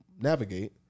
navigate